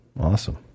Awesome